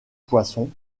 poisson